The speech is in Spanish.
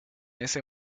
ese